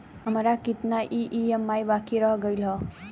हमार कितना ई ई.एम.आई बाकी रह गइल हौ?